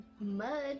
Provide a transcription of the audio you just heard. mud